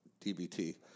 DBT